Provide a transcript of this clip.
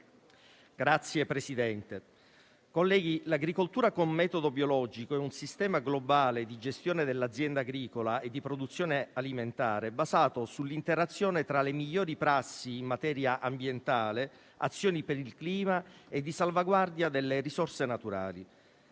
o allevate in Italia. 2. La produzione biologica è un sistema globale di gestione dell'azienda agricola e di produzione alimentare, basato sull'interazione tra le migliori prassi in materia di ambiente e azione per il clima e di salvaguardia delle risorse naturali